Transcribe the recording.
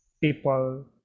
people